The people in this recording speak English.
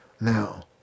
Now